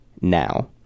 now